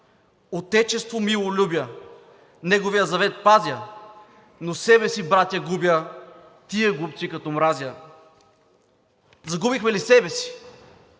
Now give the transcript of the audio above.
„Отечество мило любя, неговият завет пазя; но себе си, братя, губя, тия глупци като мразя.“ Загубихме ли себе си?